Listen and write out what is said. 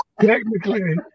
Technically